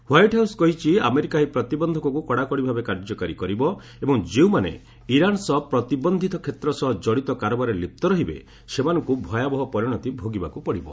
White House କହିଛି America ଏହି ପ୍ରତିବନ୍ଧକକୁ କଡାକଡିଭାବେ କାର୍ଯ୍ୟକାରୀ କରିବ ଏବଂ ଯେଉଁମାନେ ଇରାନ୍ ସାଥିରେ ପ୍ରତିବନ୍ଧିତ କ୍ଷେତ୍ର ସହ ଜଡିତ କାରବାରରେ ଲିପ୍ତ ରହିବେ ସେମାନଙ୍କୁ ଭୟାବହ ପରିଣତି ଭୋଗିବାକୁ ପଡିବ